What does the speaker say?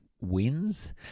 wins